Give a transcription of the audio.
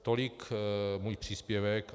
Tolik můj příspěvek.